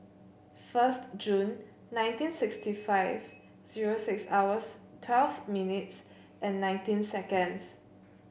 first June nineteen sixty five zero six hours twelve minutes and nineteen seconds